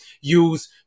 use